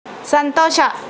ಸಂತೋಷ